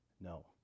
No